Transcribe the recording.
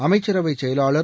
அமைச்சரவை செயலாளர்